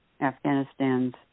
Afghanistan's